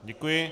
Děkuji.